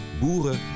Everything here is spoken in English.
boeren